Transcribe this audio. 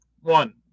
One